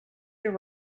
your